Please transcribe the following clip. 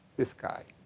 this guy.